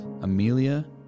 Amelia